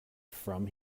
from